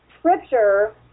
scripture